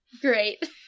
Great